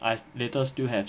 ah later still have